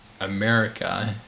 America